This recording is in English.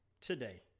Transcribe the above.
today